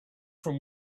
from